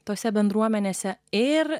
tose bendruomenėse ir